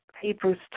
Hebrews